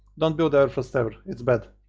dont build everfrost ever, its bad.